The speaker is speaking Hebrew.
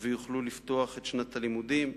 ויוכלו לפתוח את שנת הלימודים.